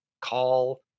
call